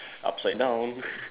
upside down